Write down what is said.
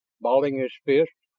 balling his fist,